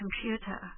computer